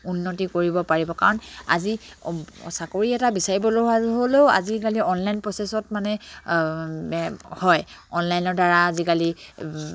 উন্নতি কৰিব পাৰিব কাৰণ আজি চাকৰি এটা বিচাৰিবলৈ হ'লেও আজিকালি অনলাইন প্ৰচেছত মানে হয় অনলাইনৰ দ্বাৰা আজিকালি